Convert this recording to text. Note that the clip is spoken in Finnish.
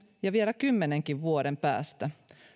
ja vielä kymmenenkin vuoden päästä